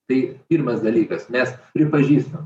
tai pirmas dalykas mes pripažįstam